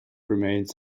remains